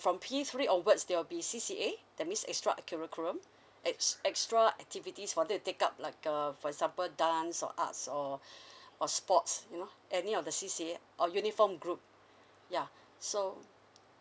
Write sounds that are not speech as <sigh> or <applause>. from P three onwards there will be C_C_A that means extra curriculum ex~ extra activities for them to take up like uh for example dance or arts or <breath> or sports you know any of the C_C_A or uniform group ya so